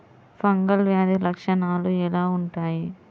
Fungal వ్యాధి లక్షనాలు ఎలా వుంటాయి?